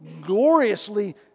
gloriously